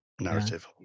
narrative